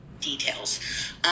details